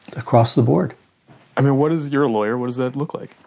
across the board i mean, what does you're a lawyer what does that look like?